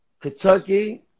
Kentucky